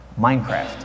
Minecraft